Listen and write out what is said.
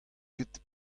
ket